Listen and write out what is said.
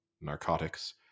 narcotics